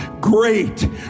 great